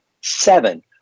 seven